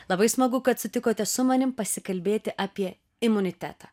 labai smagu kad sutikote su manim pasikalbėti apie imunitetą